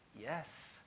Yes